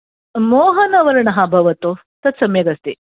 मोहनवर्णः भवतु तत् सम्यक् अस्ति